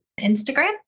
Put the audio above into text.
Instagram